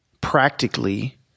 practically